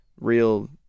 real